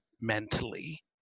mentally